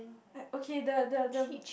okay the the the